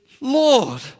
Lord